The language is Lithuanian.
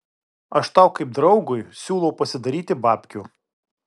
aš tau kaip draugui siūlau pasidaryti babkių